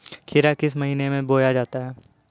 खीरा किस महीने में बोया जाता है?